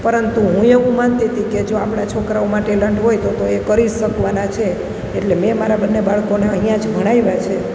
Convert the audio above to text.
પરંતુ હું એવું માનતી તી કે જો આપણા છોકરાઓમાં ટેલન્ટ હોય તો તો એ કરી શકવાના છે એટલે મેં મારા બંને બાળકોને અહીંયાં જ ભણાવ્યા છે